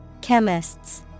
Chemists